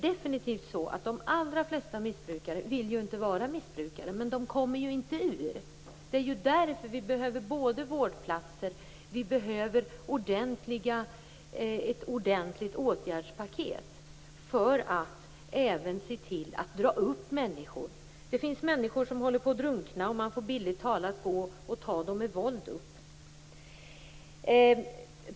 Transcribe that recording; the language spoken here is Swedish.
De allra flesta missbrukare vill definitivt inte vara missbrukare, men de kommer inte ur det. Det är därför som det behövs både vårdplatser och ett ordentligt åtgärdspaket, för att även se till att dra upp människor. Det finns människor som håller på att drunkna, och man får bildligt talat dra upp dem med våld.